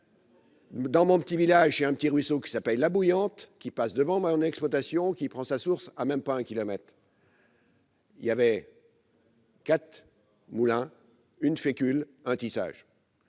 Dans mon petit village et un petit ruisseau qui s'appelle la bouillante qui passe devant moi mon exploitation qui prend sa source à même pas un kilomètre. Il y avait. Quatre Moulin une fécule un tissage